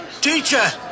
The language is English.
teacher